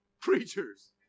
creatures